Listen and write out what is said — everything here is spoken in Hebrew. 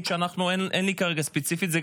ולכן אנחנו נעבור לקריאה השלישית.